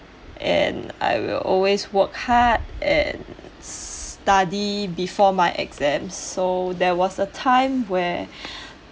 and I will always work hard and s~ study before my exams so that was a time where